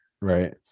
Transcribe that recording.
Right